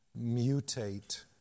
mutate